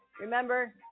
remember